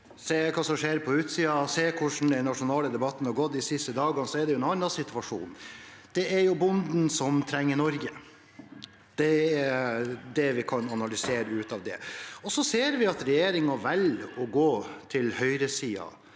ser hva som skjer på utsiden, og ser hvordan den nasjonale debatten har gått de siste dagene, er det en annen situasjon: Det er bonden som trenger Norge. Det er det vi kan analysere ut av det. Vi ser at regjeringen velger å gå til høyresiden